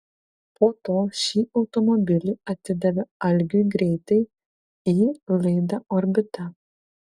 po to šį automobilį atidavė algiui greitai į laidą orbita